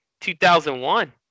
2001